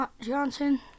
Johnson